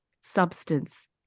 substance